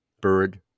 Bird